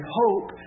hope